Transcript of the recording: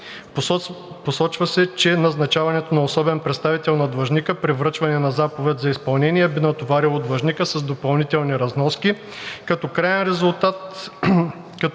Посочва се, че назначаването на особен представител на длъжника при връчване на заповед за изпълнение би натоварило длъжника с допълнителни разноски като краен резултат,